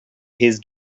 his